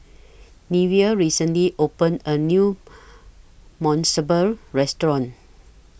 Neveah recently opened A New Monsunabe Restaurant